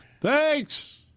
Thanks